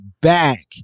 back